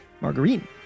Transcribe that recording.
Margarine